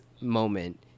moment